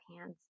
hands